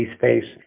space